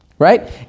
Right